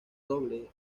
roble